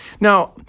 Now